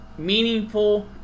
meaningful